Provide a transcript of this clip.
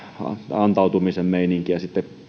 antautumisen meininkiä